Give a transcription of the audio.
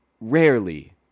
rarely